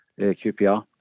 QPR